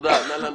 נא להמשיך.